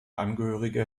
angehörige